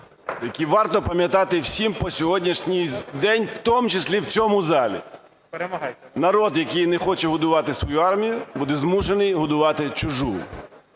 які варто пам'ятати всім по сьогоднішній день, у тому числі в цьому залі: "Народ, який не хоче годувати свою армію, буде змушений годувати чужу".